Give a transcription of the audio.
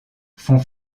font